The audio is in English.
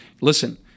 listen